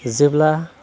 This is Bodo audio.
जेब्ला